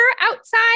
outside